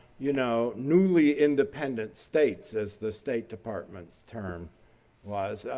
you know, newly independent states as the state departments' term was.